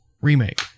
remake